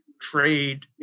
trade